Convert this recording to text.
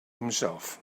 himself